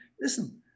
listen